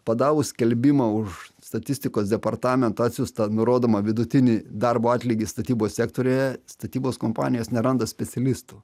padavus skelbimą už statistikos departamento atsiųstą nurodomą vidutinį darbo atlygį statybos sektoriuje statybos kompanijos neranda specialistų